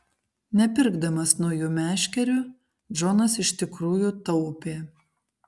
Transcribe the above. nepirkdamas naujų meškerių džonas iš tikrųjų taupė